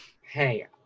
Hey